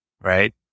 right